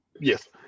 Yes